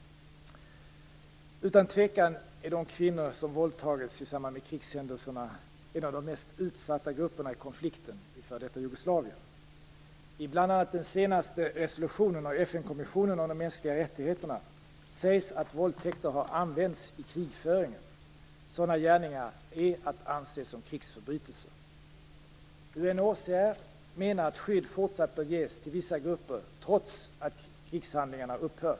Utan tvekan är de kvinnor som våldtagits i samband med krigshändelserna en av de mest utsatta grupperna i konflikten i f.d. Jugoslavien. I bl.a. den senaste resolutionen av FN-kommissionen om de mänskliga rättigheterna sägs att våldtäkter har används i krigföringen. Sådana gärningar är att anse som krigsförbrytelser. UNHCR menar att skydd fortsatt bör ges till vissa grupper trots att krigshandlingarna upphört.